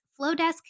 Flowdesk